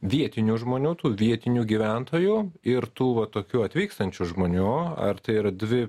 vietinių žmonių tų vietinių gyventojų ir tų va tokių atvykstančių žmonių ar tai yra dvi